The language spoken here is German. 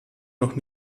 noch